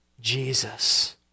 Jesus